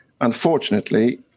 Unfortunately